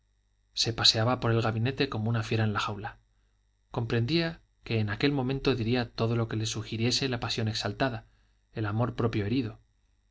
se paseaba por el gabinete como una fiera en la jaula comprendía que en aquel momento diría todo lo que le sugiriese la pasión exaltada el amor propio herido